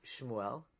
Shmuel